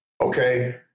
Okay